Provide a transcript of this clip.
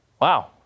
Wow